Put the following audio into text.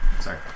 sorry